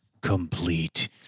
Complete